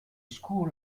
school